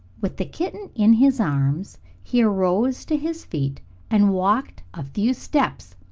with the kitten in his arms he arose to his feet and walked a few steps.